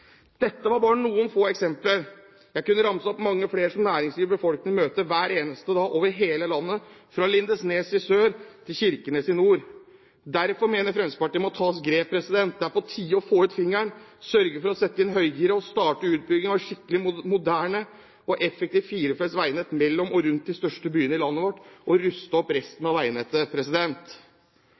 Dette var bare noen få eksempler; jeg kunne ramset opp mange flere som næringslivet og befolkningen møter hver eneste dag over hele landet – fra Lindesnes i sør til Kirkenes i nord. Derfor mener Fremskrittspartiet at det må tas grep. Det er på tide å «få ut fingeren», sørge for å sette inn høygiret og starte utbygging av et skikkelig, moderne og effektivt firefelts veinett mellom og rundt de største byene i landet vårt og ruste opp resten av veinettet.